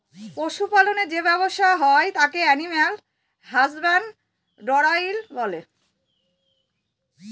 পশু পালনের যে ব্যবসা হয় তাকে এলিম্যাল হাসব্যানডরই বলে